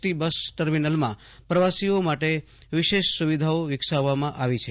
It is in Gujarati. ટસ બસ ટર્મિનલમાં પ્રવાસીઓ માટે વિશેષ સુવિધાઓ વિકસાવવામાં આવી છે